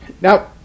Now